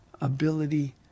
ability